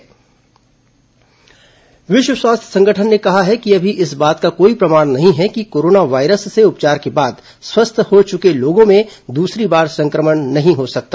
corona विश्व स्वास्थ्य संगठन विश्व स्वास्थ्य संगठन ने कहा है कि अभी इस बात का कोई प्रमाण नहीं है कि कोरोना वायरस से उपचार के बाद स्वस्थ हो चुके लोगों में दूसरी बार संक्रमण नहीं हो सकता